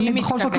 איפה החלק השני